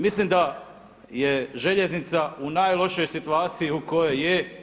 Mislim da je željeznica u najlošijoj situaciji u kojoj je.